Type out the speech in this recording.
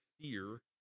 fear